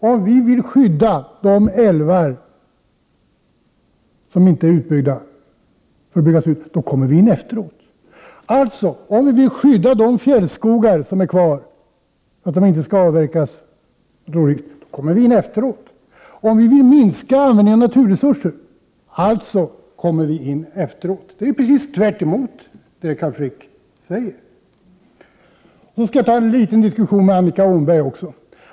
Om vi vill skydda de älvar som inte är utbyggda, då kommer vi in efteråt. Om vi vill skydda de fjällskogar som är kvar från att avverkas, då kommer vi in efteråt. Om vi vill minska användningen av naturresurser, då kommer vi in efteråt. Det är precis tvärt emot vad Carl Frick säger. Så skall jag ta en liten diskussion med Annika Åhnberg också.